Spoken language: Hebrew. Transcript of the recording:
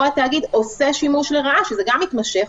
או "התאגיד עושה שימוש לרעה" שזה גם מתמשך,